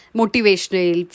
motivational